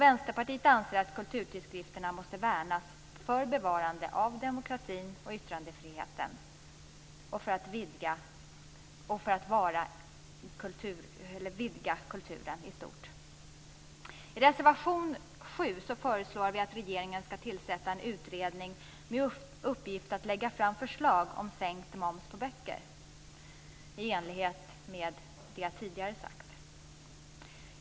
Vänsterpartiet anser att kulturtidskrifterna måste värnas för bevarande av demokratin, yttrandefriheten och vidga kulturen i stort. I reservation 7 föreslår vi att regeringen skall tillsätta en utredning med uppgift att lägga fram förslag om sänkt moms på böcker. Detta är i enlighet med vad jag tidigare har sagt.